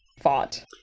fought